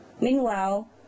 Meanwhile